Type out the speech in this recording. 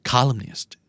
Columnist